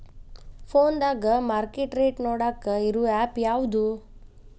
ಫೋನದಾಗ market rate ನೋಡಾಕ್ ಇರು ಆ್ಯಪ್ ಯಾವದು?